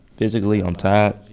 physically, i'm tired